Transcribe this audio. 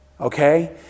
Okay